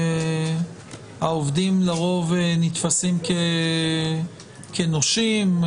העובדים לרוב נתפסים כנושים?